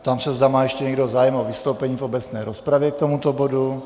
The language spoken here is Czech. Ptám se, zda má ještě někdo zájem o vystoupení v obecné rozpravě k tomuto bodu.